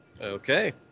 Okay